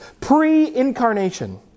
pre-incarnation